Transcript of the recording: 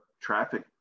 traffic